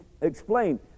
explain